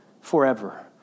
forever